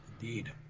Indeed